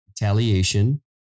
retaliation